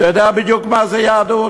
אתה יודע בדיוק מה זו יהדות.